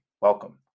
welcome